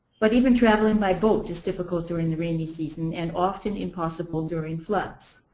but even travelling by boat is difficult during the rainy season and often impossible during floods.